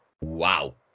wow